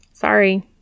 Sorry